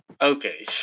Okay